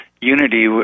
unity